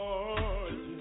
Lord